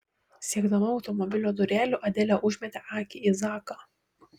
siekdama automobilio durelių adelė užmetė akį į zaką